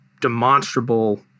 demonstrable